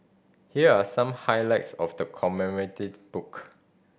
here are some highlights of the commemorative book